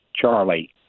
Charlie